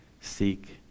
seek